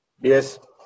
yes